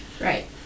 Right